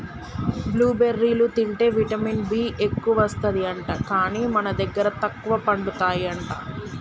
blue బెర్రీలు తింటే vitamin B ఎక్కువస్తది అంట, కానీ మన దగ్గర తక్కువ పండుతాయి అంట